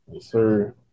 sir